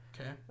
Okay